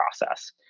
process